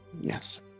Yes